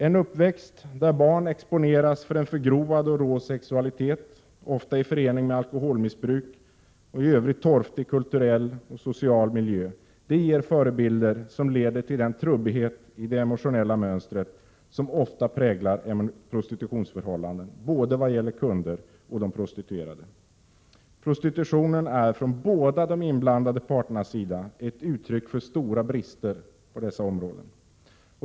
En uppväxt där barn exponeras för en förgrovad och rå sexualitet, ofta i förening med alkoholmissbruk och en i övrigt torftig kulturell och social miljö, ger förebilder som leder till den trubbighet i det emotionella mönstret som ofta präglar prostitutionsförhållanden, i vad gäller både kunder och de prostituerade. Prostitutionen är från båda de inblandade parternas sida ett uttryck för stora brister på dessa områden.